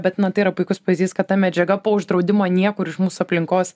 bet na tai yra puikus pavyzdys kad ta medžiaga po uždraudimo niekur iš mūsų aplinkos